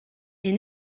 est